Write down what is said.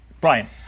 Brian